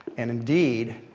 and indeed,